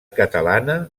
catalana